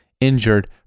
injured